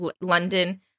London